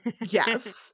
Yes